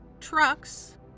trucks